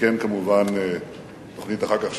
וכן אחר כך,